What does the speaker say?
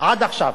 עד עכשיו.